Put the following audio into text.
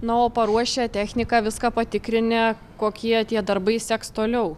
na o paruošę techniką viską patikrinę kokie tie darbai seks toliau